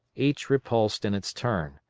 each repulsed in its turn.